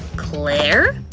claire?